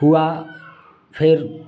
हुआ फिर